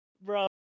bro